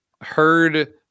heard